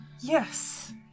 Yes